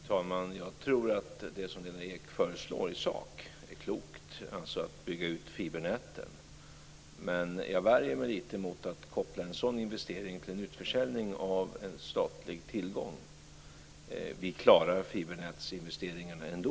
Fru talman! Jag tror att det som Lena Ek föreslår i sak är klokt, alltså att bygga ut fibernäten, men jag värjer mig lite mot att koppla en sådan investering till en utförsäljning av en statlig tillgång. Vi klarar fibernätsinvesteringarna ändå.